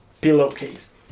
pillowcase